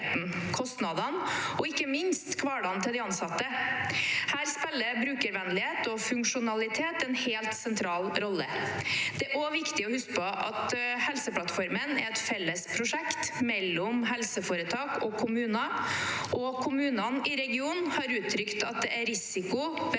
kostnader og ikke minst hverdagen til de ansatte. Her spiller brukervennlighet og funksjonalitet en helt sentral rolle. Det er også viktig å huske på at Helseplattformen er et felles prosjekt mellom helseforetak og kommuner, og kommunene i regionen har uttrykt at det er risiko ved